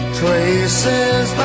traces